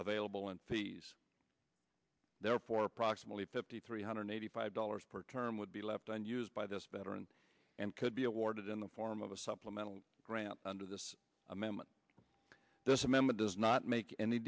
available in fees therefore approximately fifty three hundred eighty five dollars per term would be left and used by this veteran and could be awarded in the form of a supplemental grant under this amendment this amendment does not make any